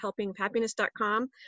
helpinghappiness.com